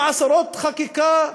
עם חקיקה,